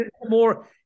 more